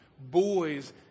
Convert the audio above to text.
boys